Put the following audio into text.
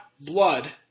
blood